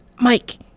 Mike